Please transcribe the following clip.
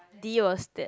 D was that